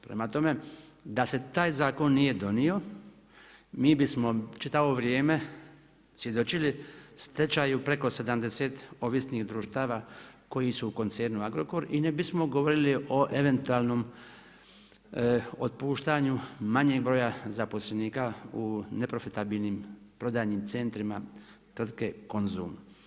Prema tome da se taj zakon nije donio, mi bismo čitavo ovo vrijeme svjedočili stečaju preko 70 ovisnih društava koji su u koncernu Agrokor i ne bismo govorili o eventualnom otpuštanju manjeg broja zaposlenika u neprofitabilnim prodajnim centrima tvrtke Konzum.